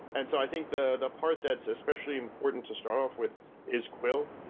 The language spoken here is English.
and so i think the the part that's especially important to start off with is quil.